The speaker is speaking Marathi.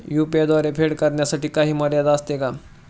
यु.पी.आय द्वारे फेड करण्यासाठी काही मर्यादा असते का?